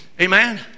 Amen